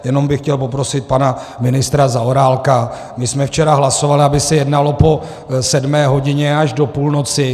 Jenom bych chtěl poprosit pana ministra Zaorálka, my jsme včera hlasovali, aby se jednalo po sedmé hodině až do půlnoci.